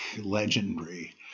legendary